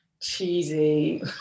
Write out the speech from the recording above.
cheesy